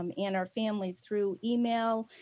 um and our families through email,